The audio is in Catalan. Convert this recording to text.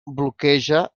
bloqueja